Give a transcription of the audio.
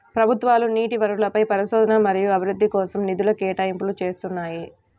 ప్రభుత్వాలు నీటి వనరులపై పరిశోధన మరియు అభివృద్ధి కోసం నిధుల కేటాయింపులు చేస్తున్నాయి